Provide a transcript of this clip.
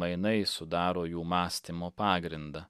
mainai sudaro jų mąstymo pagrindą